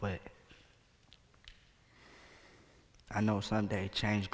but i know sunday change